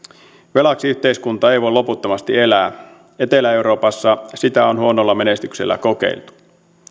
velaksi yhteiskunta ei voi loputtomasti elää etelä euroopassa sitä on huonolla menestyksellä kokeiltu